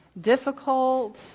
difficult